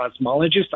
cosmologist